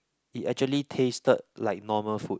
it actually tasted like normal food